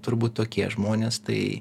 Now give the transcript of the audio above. turbūt tokie žmonės tai